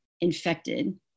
infected